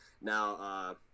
Now